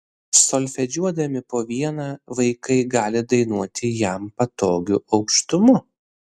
solfedžiuodami po vieną vaikai gali dainuoti jam patogiu aukštumu